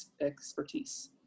expertise